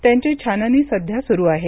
त्यांची छाननी सध्या सुरू आहे